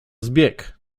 zbieg